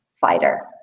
fighter